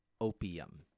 opium